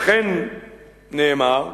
וכן נאמר,